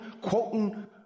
quoting